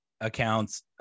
accounts